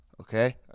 okay